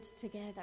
together